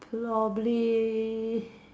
probably